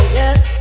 yes